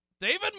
David